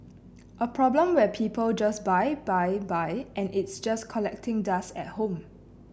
a problem where people just buy buy buy and it's just collecting dust at home